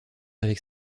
avec